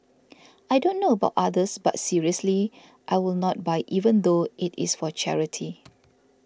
I don't know about others but seriously I will not buy even though it is for charity